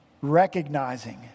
recognizing